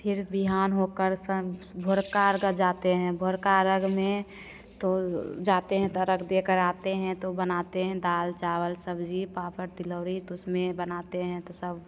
फिर बिहान होकर साँझ भोर का अर्घ जाते हैं भोर का अरघ में तो जाते हैं तो अरघ देकर आते हैं तो बनाते हैं दाल चावल सब्जी पापड़ तिलौड़ी तो उसमें बनाते हैं तो सब